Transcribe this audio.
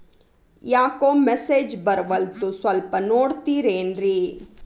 ಯಾಕೊ ಮೆಸೇಜ್ ಬರ್ವಲ್ತು ಸ್ವಲ್ಪ ನೋಡ್ತಿರೇನ್ರಿ?